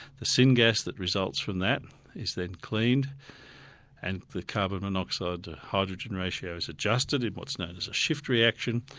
the syn gas that results from that is then cleaned and the carbon monoxide to hydrogen ratio is adjusted in what's known as a shift reaction,